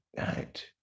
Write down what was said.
right